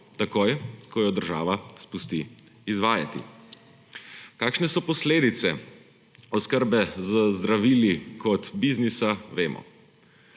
takoj, ko jo država spusti izvajati. Kakšne so posledice oskrbe z zdravili kot biznisa, vemo.